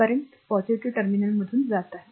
current positive terminal मधून आत जात आहे